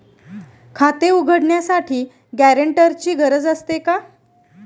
खाते उघडण्यासाठी गॅरेंटरची गरज असते का?